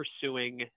pursuing